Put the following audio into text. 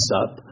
up